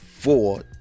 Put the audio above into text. four